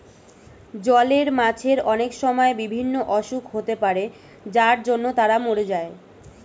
জলের মাছের অনেক সময় বিভিন্ন অসুখ হতে পারে যার জন্য তারা মোরে যায়